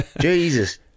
Jesus